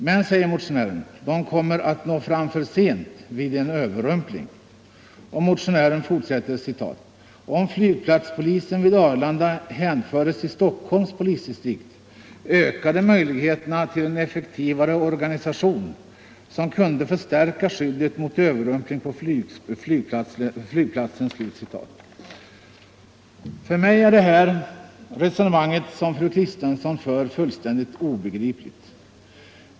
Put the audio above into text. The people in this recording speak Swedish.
Men, säger motionären, den kommer att nå fram för sent vid en överrumpling. Motionären fortsätter: ”Om flygplatspolisen vid Arlanda hänfördes till Stockholms polisdistrikt ökades möjligheterna till en effektivare organisation, som kunde förstärka skyddet mot överrumpling på flygplatsen —--.” För mig är det resonemang som fru Kristensson för fullständigt obegripligt.